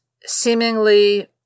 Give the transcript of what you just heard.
seemingly